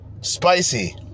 Spicy